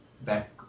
back